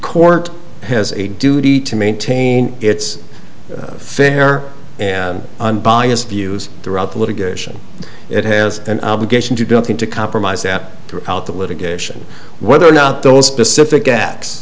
court has a duty to maintain its fair unbiased views throughout the litigation it has an obligation to do something to compromise that throughout the litigation whether or not those specific a